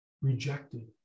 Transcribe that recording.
Rejected